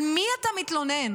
על מי אתה מתלונן?